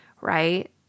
right